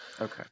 Okay